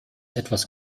etwas